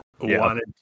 wanted